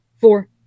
Four